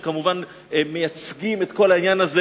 וכמובן מייצגים את כל העניין הזה,